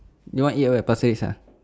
you want eat at where pasir ris ah